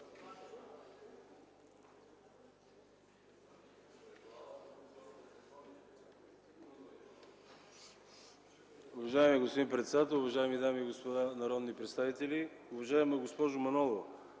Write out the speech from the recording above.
Уважаеми господин председателстващ, уважаеми дами и господа народни представители, уважаеми господин